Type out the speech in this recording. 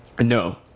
No